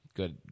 good